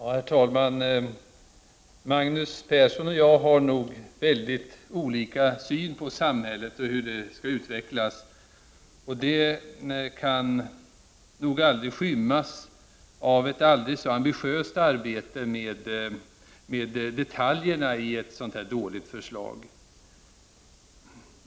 Herr talman! Magnus Persson och jag har nog mycket olika syn på samhället och hur det skall utvecklas. Det kan nog inte skymmas av ett aldrig så ambitiöst arbete med detaljerna i ett så här dåligt förslag.